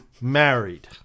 married